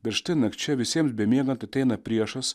bet štai nakčia visiems bemiegant ateina priešas